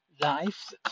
life